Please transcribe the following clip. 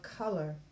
color